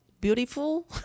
beautiful